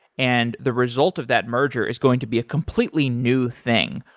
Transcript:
and the result of that merger is going to be a completely new thing.